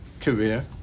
career